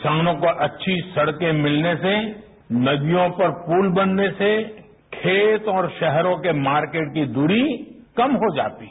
किसानों को अच्छी सड़कें मिलने से नदियों पर पुल बनने से खेत और शहरों के मार्केट की दूरी कम हो जाती है